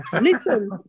Listen